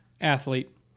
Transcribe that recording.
athlete